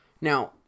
Now